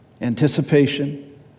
anticipation